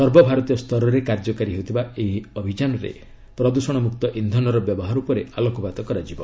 ସର୍ବଭାରତୀୟ ସ୍ତରରେ କାର୍ଯ୍ୟକାରୀ ହେଉଥିବା ଏହି ଅଭିଯାନରେ ପ୍ରଦୂଷଣ ମୁକ୍ତ ଇନ୍ଧନର ବ୍ୟବହାର ଉପରେ ଆଲୋକପାତ କରାଯିବ